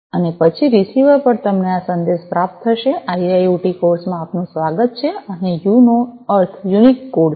અને પછી રીસીવર પર તમને આ સંદેશ પ્રાપ્ત થશે આઈઆઈઑટી કોર્સમાં આપનું સ્વાગત છે અને યુ નો અર્થ યુનિક કોડ છે